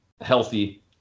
healthy